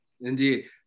indeed